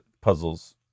puzzles